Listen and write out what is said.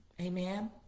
amen